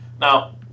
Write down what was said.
Now